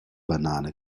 banane